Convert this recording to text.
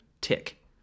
tick